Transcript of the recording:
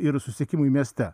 ir susisiekimui mieste